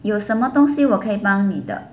有什么东西我可以帮你的